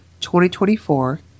2024